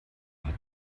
hat